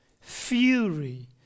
fury